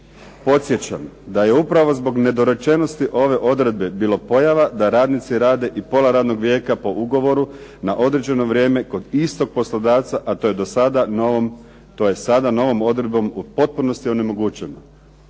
Podsjećam da je upravo zbog nedorečenosti ove odredbe bilo pojava da radnici rade i pola radnog vijeka po ugovoru na određeno vrijeme kod istog poslodavca, a to je do sada novom, to je sada novom odredbom u potpunosti onemogućeno.